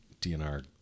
dnr